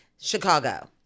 Chicago